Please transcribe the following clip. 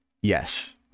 yes